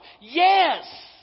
Yes